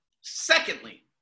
Secondly